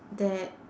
that